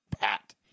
Pat